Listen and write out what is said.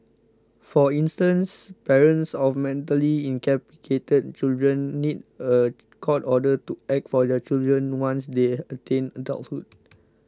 for instance parents of mentally incapacitated children need a court order to act for their children once they attain adulthood